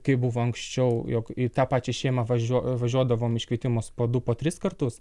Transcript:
kaip buvo anksčiau jog į tą pačią šeimą važiuo važiuodavom į iškvietimus po du po tris kartus